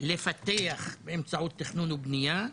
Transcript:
לפתח באמצעות תכנון ובנייה,